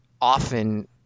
often